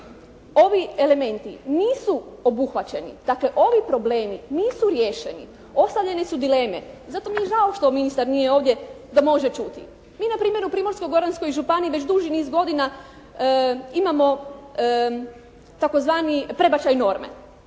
ovi elementi nisu obuhvaćeni, dakle ovi problemi nisu riješeni. Ostavljene su dileme. Zato mi je žao što ministar nije ovdje da može čuti. Mi na primjer u Primorsko-goranskoj županiji već duži niz godina imamo tzv. prebačaj norme